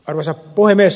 arvoisa puhemies